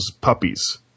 puppies